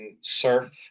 surf